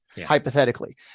Hypothetically